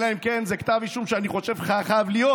אלא אם כן זה כתב אישום שאני חושב שחייב להיות,